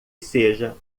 seja